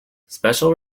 special